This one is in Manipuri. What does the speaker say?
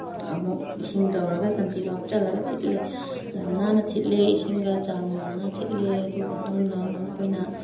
ꯑꯃꯨꯛ ꯏꯁꯤꯡ ꯇꯧꯔꯒ ꯁꯟꯊꯤꯗꯣ ꯍꯥꯞꯆꯜꯂꯒ ꯑꯃꯨꯛ ꯊꯤꯠꯂꯦ ꯌꯥꯝ ꯅꯥꯟꯅ ꯊꯤꯠꯂꯦ ꯏꯁꯤꯡꯒ ꯆꯥꯡ ꯃꯥꯟꯅꯅ ꯊꯤꯠꯂꯦ ꯑꯗꯨ ꯃꯇꯨꯡꯗ ꯑꯃꯨꯛ ꯑꯩꯈꯣꯏꯅ